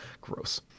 Gross